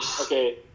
okay